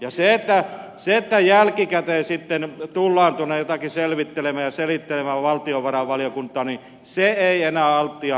ja se että jälkikäteen sitten tullaan jotakin selvittelemään ja selittelemään tuonne valtiovarainvaliokuntaan ei enää altiaa pelasta